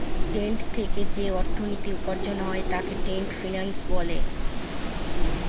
trade থেকে যে অর্থনীতি উপার্জন হয় তাকে ট্রেড ফিন্যান্স বলে